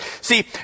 See